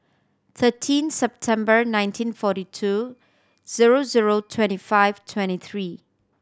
thirteen September nineteen forty two zero zero twenty five twenty three